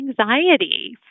anxiety